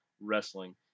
wrestling